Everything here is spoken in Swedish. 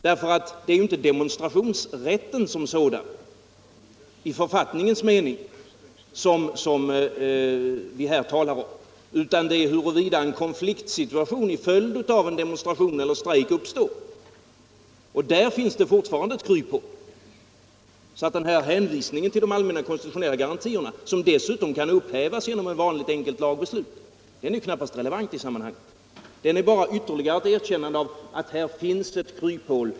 Det är ju inte demonstrationsrätten som sådan i författningens mening som vi här talar om, utan det är fråga om fall där en konfliktsituation uppstår till följd av demonstration eller strejk. Där finns det fortfarande ett kryphål. Hänvisningen till de allmänna konstitutionella garantierna, som dessutom kan upphävas genom ett vanligt enkelt lagbeslut, är knappast relevant i detta sammanhang. Den är bara ett ytterligare erkännande av att det finns ett kryphål.